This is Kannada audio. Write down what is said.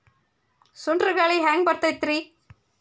ಸುಂಟರ್ ಗಾಳಿ ಹ್ಯಾಂಗ್ ಬರ್ತೈತ್ರಿ?